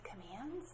commands